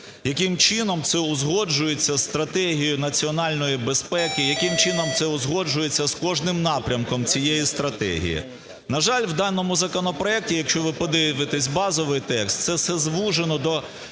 яким чином це узгоджується з стратегією національної безпеки, яким чином це узгоджується з кожним напрямком цієї стратегії. На жаль, у даному законопроекті, якщо ви подивитесь базовий текст, це все звужено до